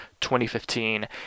2015